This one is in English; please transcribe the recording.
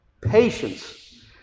patience